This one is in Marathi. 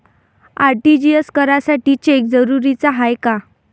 आर.टी.जी.एस करासाठी चेक जरुरीचा हाय काय?